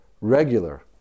regular